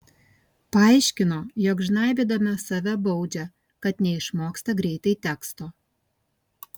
paaiškino jog žnaibydama save baudžia kad neišmoksta greitai teksto